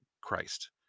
christ